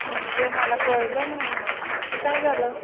म्हणजे मला कळलं नाही नक्की काय झालं